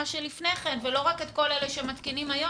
שלפני כן ולא רק את אלה שמתקינים היום,